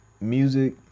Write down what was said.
music